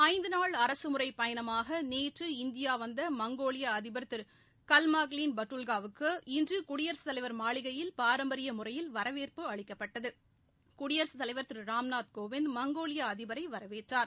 ஐந்து நாள் அரசமுறைப் பயணமாக நேற்று இந்தியா வந்த மங்கோலிய அதிபர் திரு கல்ட்மாங்ளின் பட்டுல்காவுக்கு இன்று குடியரசுத் தலைவர் மாளிகையில் பாரம்பரிய முறையில் வரவேற்பு அளிக்கப்பட்டது குடியரசுத் தலைவர் திரு ராம்நாத் கோவிந்த் மங்கோலிய அதிபரை வரவேற்றார்